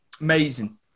Amazing